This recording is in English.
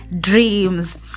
dreams